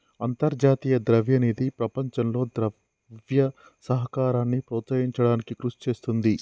అంతర్జాతీయ ద్రవ్య నిధి ప్రపంచంలో ద్రవ్య సహకారాన్ని ప్రోత్సహించడానికి కృషి చేస్తుంది